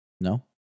No